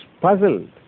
puzzled